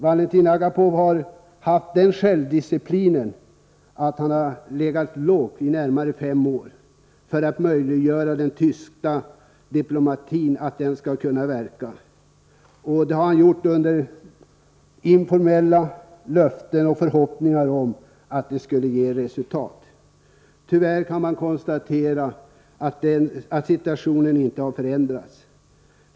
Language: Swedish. Valentin Agapov har haft självdisciplinen att ligga lågt i närmare fem år för att den tysta diplomatin skulle kunna verka. Det har han gjort under informella löften om och förhoppningar om att det skulle ge resultat. Tyvärr kan man konstatera att situationen inte har förändrats.